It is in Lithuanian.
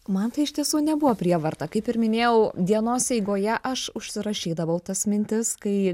man tai iš tiesų nebuvo prievarta kaip ir minėjau dienos eigoje aš užsirašydavau tas mintis kai